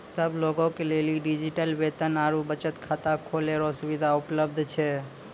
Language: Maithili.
सब लोगे के लेली डिजिटल वेतन आरू बचत खाता खोलै रो सुविधा उपलब्ध छै